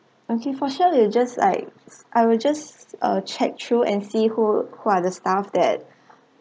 okay for sure we'll just like I will just uh check through and see who who are the staff that